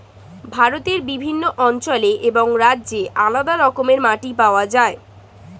ভারতের বিভিন্ন অঞ্চলে এবং রাজ্যে আলাদা রকমের মাটি পাওয়া যায়